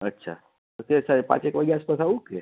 અચ્છા સાહેબ પાંચેક વાગ્યા આસપાસ આવું કે